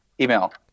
Email